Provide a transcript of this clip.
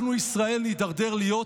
אנחנו בישראל נידרדר להיות